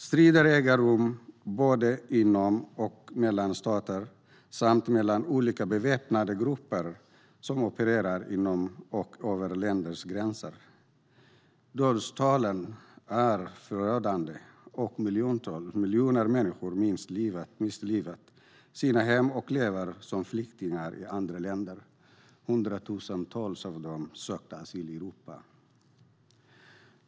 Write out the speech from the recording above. Strider äger rum både inom och mellan stater samt mellan olika beväpnade grupper som opererar inom och över länders gränser. Dödstalen är förödande, och miljoner människor har mist livet eller sina hem eller lever som flyktingar i andra länder. Hundratusentals av dem har sökt asyl i Europa.